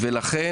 לכן,